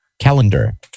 calendar